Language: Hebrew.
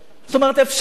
זאת אומרת, אפשר.